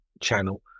channel